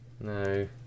No